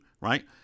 right